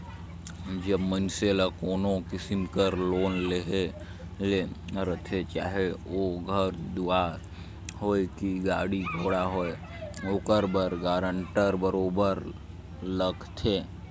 जब मइनसे ल कोनो किसिम कर लोन लेहे ले रहथे चाहे ओ घर दुवार होए कि गाड़ी घोड़ा होए ओकर बर गारंटर बरोबेर लागथे